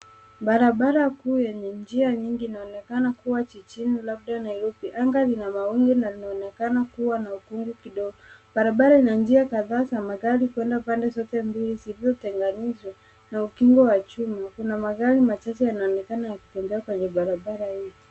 Barabara kuu yenye njia nyingi inaonekana kuwa jijini labda Nairobi. Anga lina mawingu na linaonekana kuwa na ukungu kidogo. Barabara ina njia kadhaa za magari kuenda pande zote mbili zilizotenganishwa na ukingo wa chuma. Kuna magari machache yanaonekana yakitembea kwenye barabara hiyo.